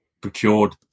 procured